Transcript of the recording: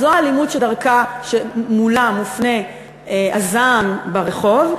זו האלימות שמולה מופנה הזעם ברחוב,